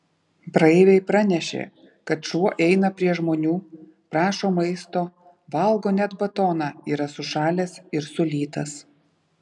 praeiviai pranešė kad šuo eina prie žmonių prašo maisto valgo net batoną yra sušalęs ir sulytas